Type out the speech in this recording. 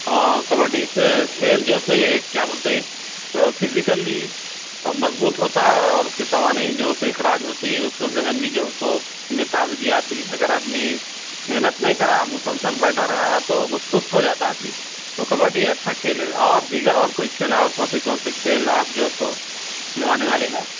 ہاں کبڈی سے کھیل جیسے یہ کیا بولتے ہیں فزیکلی مضبوط ہوتا اور اُس کی توانائی جو اُس سے اخراج ہوتی اُس کو ذہن بھی جو ہے اُس میں تازگی آتی اگر آدمی محنت نہیں کرا مسلسل بیٹھا رہا تو وہ سُست ہو جاتا آدمی تو کبڈی اچھا کھیل ہے اور دیگر اور کوئی کھیل اور کون سے کون سے کھیل آپ جو ہے سو کھلانے والے ہیں